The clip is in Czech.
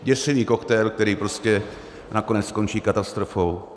Děsivý koktejl, který prostě nakonec skončí katastrofou.